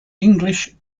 english